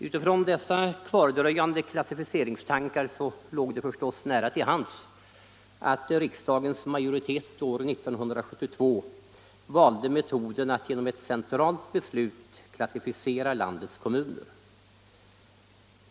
Utifrån dessa kvardröjande klassificeringstankar låg det naturligtvis nära till hands att riksdagens majoritet 1972 valde metoden att genom ett centralt beslut klassificera landets kommuner.